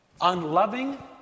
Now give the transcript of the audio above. unloving